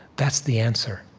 that's the answer